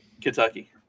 Kentucky